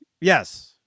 Yes